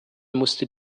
musste